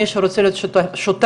מי שרוצה להיות שותף,